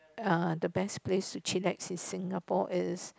uh the best place to chillax in Singapore is